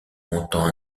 montant